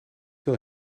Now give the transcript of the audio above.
veel